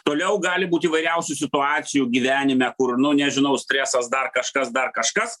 toliau gali būt įvairiausių situacijų gyvenime kur nu nežinau stresas dar kažkas dar kažkas